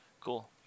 Cool